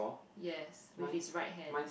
yes with his right hand